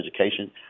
education